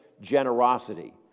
generosity